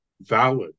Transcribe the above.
valid